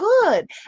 good